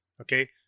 Okay